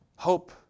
Hope